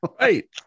Right